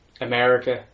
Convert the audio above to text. America